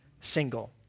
single